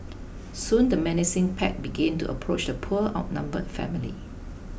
soon the menacing pack began to approach the poor outnumbered family